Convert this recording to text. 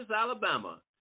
Alabama